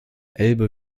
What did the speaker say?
elbe